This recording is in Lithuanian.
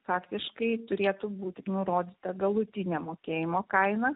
faktiškai turėtų būti nurodyta galutinė mokėjimo kaina